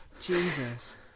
Jesus